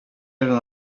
eren